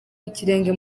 ikirenge